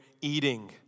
eating